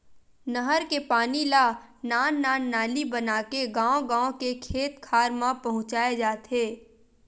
नहर के पानी ल नान नान नाली बनाके गाँव गाँव के खेत खार म पहुंचाए जाथे